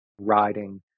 riding